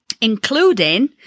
including